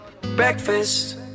breakfast